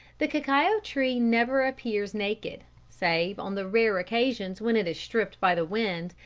the cacao tree never appears naked, save on the rare occasions when it is stripped by the wind,